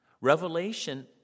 Revelation